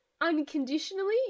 Unconditionally